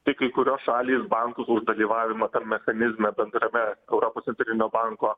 tik kai kurios šalys bankus už dalyvavimą tam mechanizme bendrame europos centrinio banko